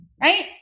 right